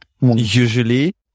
usually